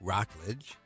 Rockledge